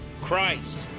Christ